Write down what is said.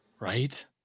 Right